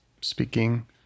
speaking